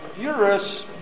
uterus